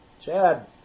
Chad